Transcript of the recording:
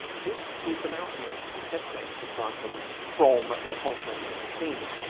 this is the mountain range that separates the spartans from their conquests in messenia.